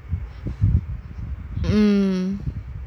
um